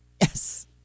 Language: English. Yes